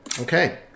Okay